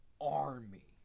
army